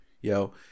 yo